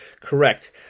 correct